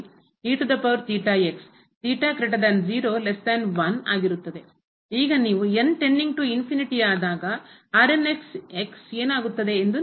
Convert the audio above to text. ಈಗ ನೀವು ಆದಾಗ ಏನಾಗುತ್ತದೆ ಎಂದು ನೋಡಬಹುದು